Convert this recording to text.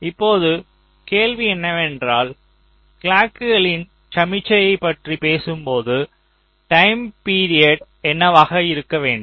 இப்போது கேள்வி என்னவென்றால் கிளாக்கின் சமிக்ஞையைப் பற்றி பேசும்போது டைம் பிரியடு என்னவாக இருக்க வேண்டும்